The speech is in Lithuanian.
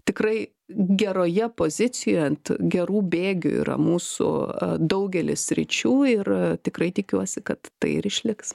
tikrai geroje pozicijoje ant gerų bėgių yra mūsų daugelis sričių ir tikrai tikiuosi kad tai ir išliks